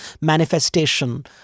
manifestation